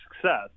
success